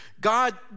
God